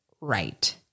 right